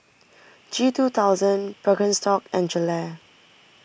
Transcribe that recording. G two thousand Birkenstock and Gelare